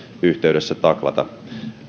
yhteydessä taklata